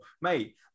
Mate